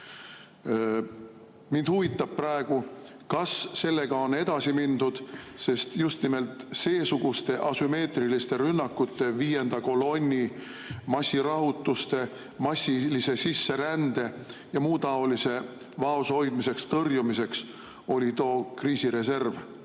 Mind huvitab praegu, kas sellega on edasi mindud, sest just nimelt seesuguste asümmeetriliste rünnakute, viienda kolonni, massirahutuste, massilise sisserände ja muu taolise vaos hoidmiseks, tõrjumiseks oli too kriisireserv